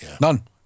None